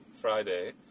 Friday